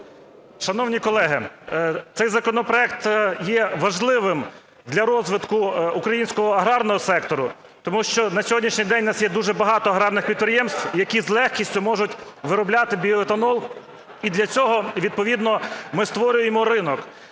Шановні колеги, цей законопроект є важливим для розвитку українського аграрного сектору, тому що на сьогоднішній день у нас є дуже багато аграрних підприємств, які з легкістю можуть виробляти біоетанол. І для цього відповідно ми створюємо ринок.